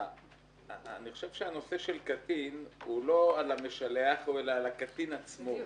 אני חושב שהנושא של קטין הוא לא על המשלח אלא על הקטין עצמו.